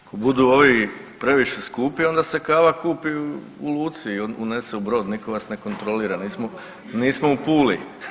Ako budu ovi previše skupi onda se kava kupi u luci i unese u brod, niko vas ne kontrolira, nismo u Puli.